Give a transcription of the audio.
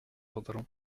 pantalon